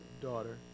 daughter